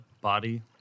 body